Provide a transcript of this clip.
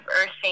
earthing